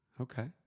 Okay